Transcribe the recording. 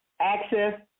access